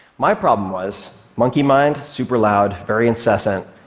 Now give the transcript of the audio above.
my problem was monkey mind super loud, very incessant.